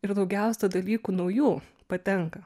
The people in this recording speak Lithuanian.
ir daugiausia dalykų naujų patenka